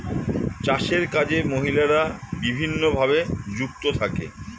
চাষের কাজে মহিলারা বিভিন্নভাবে যুক্ত থাকে